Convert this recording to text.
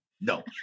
No